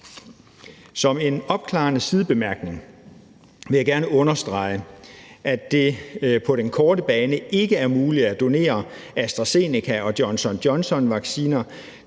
Som en opklarende sidebemærkning vil jeg gerne understrege, at det på den korte bane ikke er muligt at donere AstraZeneca- og Johnson & Johnson-vacciner,